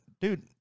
Dude